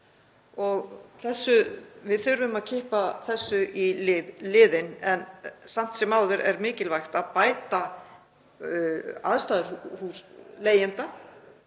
Við þurfum að kippa þessu í liðinn en samt sem áður er mikilvægt að bæta aðstæður leigjenda,